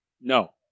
No